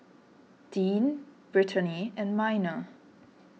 Dean Brittany and Minor